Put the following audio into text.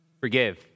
forgive